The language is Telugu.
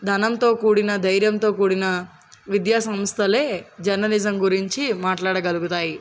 ధనంతో కూడిన ధైర్యంతో కూడిన విద్యా సంస్థలే జర్నలిజం గురించి మాట్లాడగలుగుతాయి